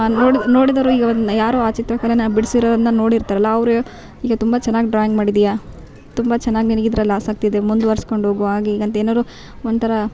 ನೋಡಿ ನೋಡಿದವ್ರು ಈಗ ಒಂದು ಯಾರೋ ಚಿತ್ರಕಲೆಯನ್ನ ಬಿಡ್ಸಿರೋದನ್ನ ನೋಡಿರ್ತಾರಲ್ಲ ಅವರು ಈಗ ತುಂಬ ಚೆನ್ನಾಗಿ ಡ್ರಾಯಿಂಗ್ ಮಾಡಿದೀಯ ತುಂಬ ಚೆನ್ನಾಗಿ ನಿನಗೆ ಇದ್ರಲ್ಲಿ ಆಸಕ್ತಿಯಿದೆ ಮುಂದ್ವರ್ಸ್ಕೊಂಡು ಹೋಗು ಹಾಗೆ ಈಗ ಅಂತ ಏನಾದರು ಒಂಥರ